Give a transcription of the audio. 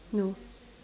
no